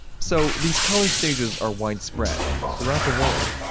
so these color stages are widespread throughout the world,